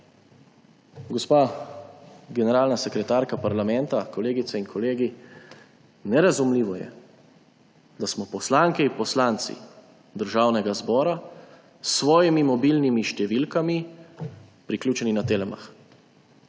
Gospa generalna sekretarka parlamenta, kolegice in kolegi, nerazumljivo je, da smo poslanke in poslanci Državnega zbora s svojimi mobilnimi številkami priključeni na Telemach.